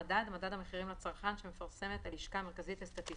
"מדד" מדד המחירים לצרכן שמפרסמת הלשכה המרכזית לסטטיסטיקה,